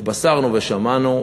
התבשרנו ושמענו,